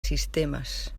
sistemes